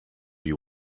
you